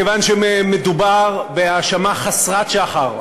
מכיוון שמדובר בהאשמה חסרת שחר.